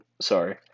Sorry